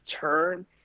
turn